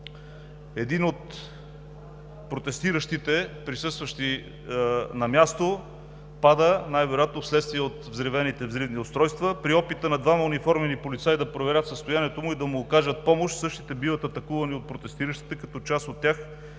Един от протестиращите, присъстващ на мястото, пада най-вероятно вследствие от взривените взривни устройства, а при опита на двама униформени полицаи да проверят състоянието му и да му окажат помощ същите биват атакувани от протестиращите, като част от тях